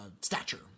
stature